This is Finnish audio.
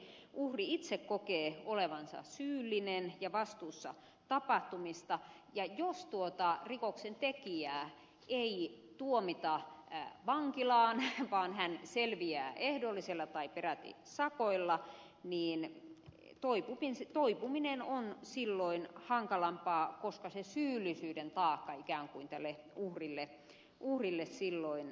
usein uhri itse kokee olevansa syyllinen ja vastuussa tapahtumista ja jos rikoksentekijää ei tuomita vankilaan vaan hän selviää ehdollisella tai peräti sakoilla niin toipuminen on silloin hankalampaa koska se syyllisyyden taakka jää silloin ikään kuin tälle uhrille